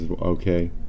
okay